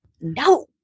No